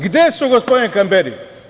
Gde su, gospodine Kamberi?